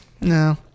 no